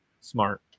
Smart